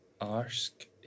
ask